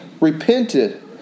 repented